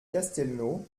castelnau